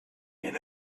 man